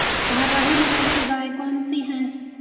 भारवाही नस्ल की गायें कौन सी हैं?